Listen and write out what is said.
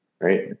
Right